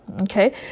Okay